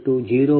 2 j2